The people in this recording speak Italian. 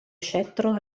scettro